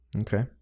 Okay